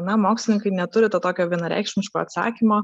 na mokslininkai neturi to tokio vienareikšmiško atsakymo